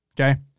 Okay